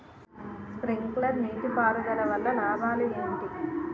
Sprinkler నీటిపారుదల వల్ల లాభాలు ఏంటి?